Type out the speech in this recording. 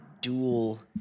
dual